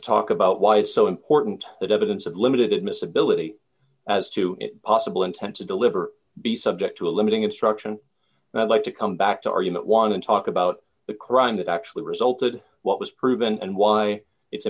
to talk about why it's so important that evidence of limited admissibility as to possible intent to deliver be subject to a limiting instruction and i'd like to come back to argument one and talk about the crime that actually resulted what was proven and why it's